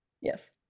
yes